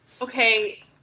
Okay